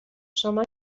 شما